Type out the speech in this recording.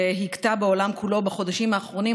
שהכתה בעולם כולו בחודשים האחרונים,